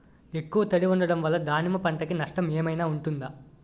ఎక్కువ తడి ఉండడం వల్ల దానిమ్మ పంట కి నష్టం ఏమైనా ఉంటుందా?